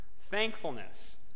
thankfulness